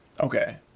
Okay